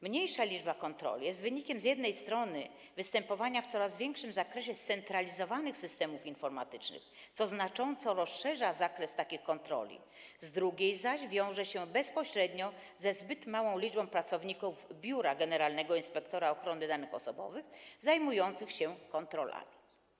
Mniejsza liczba kontroli z jednej strony jest wynikiem występowania w coraz większym zakresie scentralizowanych systemów informatycznych, co znacząco rozszerza zakres takich kontroli, z drugiej zaś wiąże się bezpośrednio ze zbyt małą liczbą pracowników Biura Generalnego Inspektora Ochrony Danych Osobowych zajmujących się kontrolami.